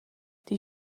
die